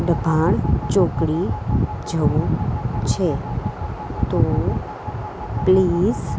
ડભાણ ચોકડી જવું છે તો પ્લીસ